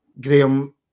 Graham